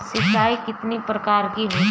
सिंचाई कितनी प्रकार की होती हैं?